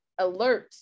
alerts